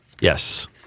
Yes